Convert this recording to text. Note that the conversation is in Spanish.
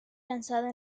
lanzada